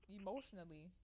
emotionally